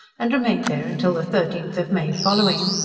and remained there until the thirteenth of may following.